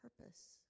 purpose